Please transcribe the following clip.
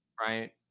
right